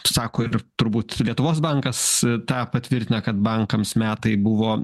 sako ir turbūt lietuvos bankas tą patvirtina kad bankams metai buvo